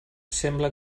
sembla